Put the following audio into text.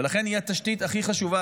לכן היא התשתית הכי חשובה,